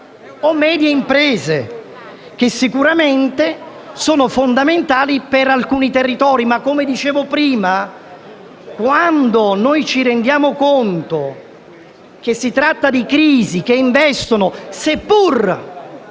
o medie imprese, che sicuramente sono fondamentali per alcuni territori. Ma, come dicevo prima, quando ci rendiamo conto che si tratta di crisi che, seppur